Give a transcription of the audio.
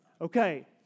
Okay